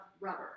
rubber